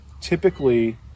typically